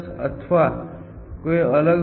beam સ્ટેકનું પ્રારંભિક મૂલ્ય શું હશે